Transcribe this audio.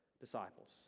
disciples